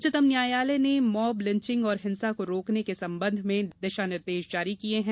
उच्चतम न्यायालय ने मॉब लिंचिंग और हिंसा को रोकने के संबंध में दिशा निर्देश जारी किये हैं